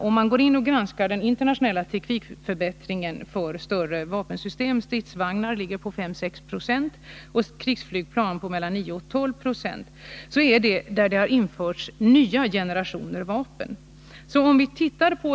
Om man granskar den internationella teknikförbättringen för större vapensystem — fört.ex. stridsvagnar ligger prisutvecklingen på 5-6 90 mer än KPI och för krigsflygplan på mellan 9 och 12 96 mer än KPI —- finner man att det där har införts nya generationer vapen.